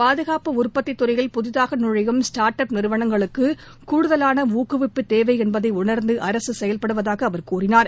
பாதுகாப்பு உற்பத்தித் துறையில் புதிதாக நுழையும் ஸ்டார்ட் அப் நிறுவனங்களுக்கு கூடுதலான ஊக்குவிப்பு தேவை என்பதை உணர்ந்து அரசு செயல்படுவதாக அவர் கூறினார்